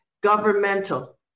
governmental